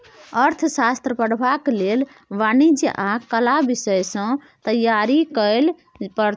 अर्थशास्त्र पढ़बाक लेल वाणिज्य आ कला विषय सँ तैयारी करय पड़तौ